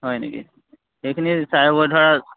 হয় নেকি সেইখিনি চাইবােৰ ধৰা